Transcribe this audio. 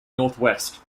northwest